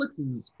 netflix